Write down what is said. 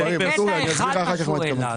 אני אסביר לך אחר כך למה התכוונתי.